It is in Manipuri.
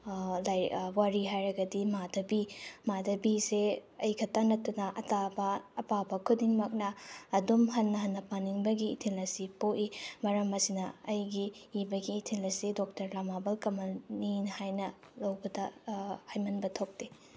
ꯂꯥꯏꯔꯤꯛ ꯋꯥꯔꯤ ꯍꯥꯏꯔꯒꯗꯤ ꯃꯥꯙꯕꯤ ꯃꯥꯙꯕꯤꯁꯦ ꯑꯩꯈꯛꯇ ꯅꯠꯇꯅ ꯑꯇꯥꯕ ꯑꯄꯥꯕ ꯈꯨꯗꯤꯡꯃꯛꯅ ꯑꯗꯨꯝ ꯍꯟꯅ ꯍꯟꯅ ꯄꯥꯅꯤꯡꯕꯒꯤ ꯏꯊꯤꯜ ꯑꯁꯤ ꯄꯣꯛꯏ ꯃꯔꯝ ꯑꯁꯤꯅ ꯑꯩꯒꯤ ꯏꯕꯒꯤ ꯏꯊꯤꯜ ꯑꯁꯤ ꯗꯣꯛꯇꯔ ꯂꯃꯥꯕꯝ ꯀꯃꯜꯅꯤꯅ ꯍꯥꯏꯅ ꯂꯧꯕꯗ ꯍꯥꯏꯃꯟꯕ ꯊꯣꯛꯇꯦ